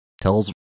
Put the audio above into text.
tells